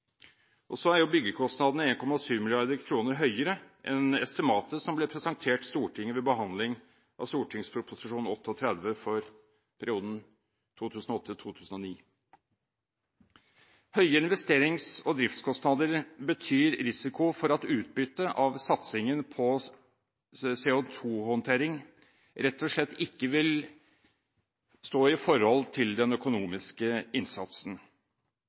og så er jo byggekostnadene 1,7 mrd. kr høyere enn estimatet som ble presentert Stortinget ved behandling av St.prp. nr. 38 for 2008–2009. Høye investerings- og driftskostnader betyr risiko for at utbyttet av satsingen på CO2-håndtering rett og slett ikke vil stå i forhold til den økonomiske innsatsen.